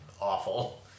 awful